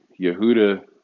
Yehuda